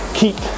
keep